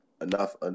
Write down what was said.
enough